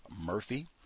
Murphy